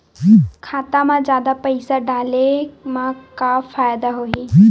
खाता मा जादा पईसा डाले मा का फ़ायदा होही?